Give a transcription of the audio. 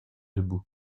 debout